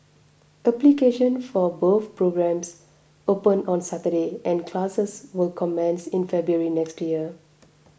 application for both programmes opened on Saturday and classes will commence in February next year